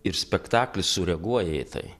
ir spektaklis sureaguoja į tai